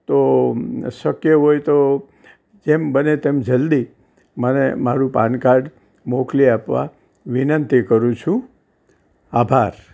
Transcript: તો શક્ય હોય તો જેમ બને તેમ જલ્દી મને મારું પાનકાર્ડ મોકલી આપવા વિનંતી કરું છું આભાર